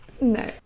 no